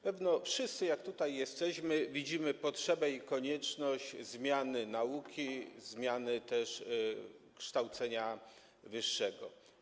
Pewnie wszyscy, jak tutaj jesteśmy, widzimy potrzebę i konieczność zmiany nauki, zmiany też kształcenia wyższego.